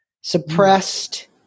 suppressed